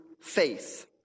faith